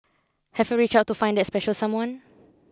have you reached out to find that special someone